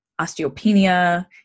osteopenia